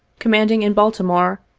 commanding in baltimore,